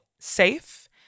safe